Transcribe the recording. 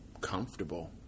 comfortable